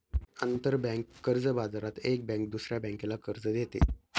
आंतरबँक कर्ज बाजारात एक बँक दुसऱ्या बँकेला कर्ज देते